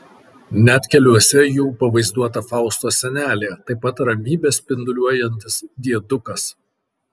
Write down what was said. net keliuose jų pavaizduota faustos senelė taip pat ramybe spinduliuojantis diedukas